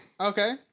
Okay